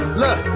look